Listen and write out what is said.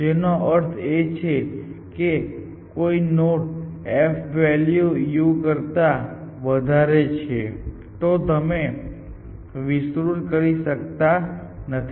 જેનો અર્થ એ છે કે કોઈ નોડ ની f વૅલ્યુ U કરતા વધારે છે તો તમે તેને વિસ્તૃત કરી શકતા નથી